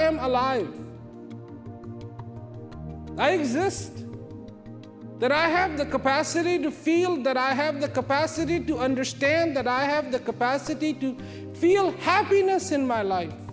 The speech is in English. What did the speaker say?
am alive i exist that i have the capacity to feel that i have the capacity to understand that i have the capacity to feel happiness in my life